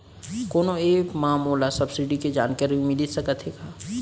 कोनो एप मा मोला सब्सिडी के जानकारी मिलिस सकत हे का?